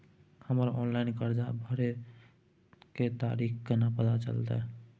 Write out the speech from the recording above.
हमर ऑनलाइन कर्जा भरै के तारीख केना पता चलते?